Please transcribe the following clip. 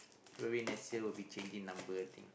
maybe next year will be changing number I think